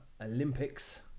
Olympics